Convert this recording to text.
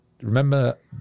remember